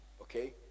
Okay